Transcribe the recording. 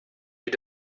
you